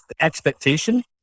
expectation